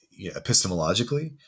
epistemologically